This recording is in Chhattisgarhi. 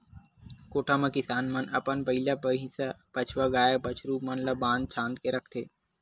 कोठा म किसान मन अपन बइला, भइसा, बछवा, गाय, बछरू मन ल बांध छांद के रखथे